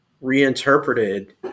reinterpreted